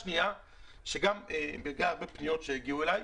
שיש לגביה הרבה פניות שהגיעו אליי: